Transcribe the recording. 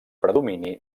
predomini